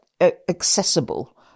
accessible